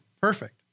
perfect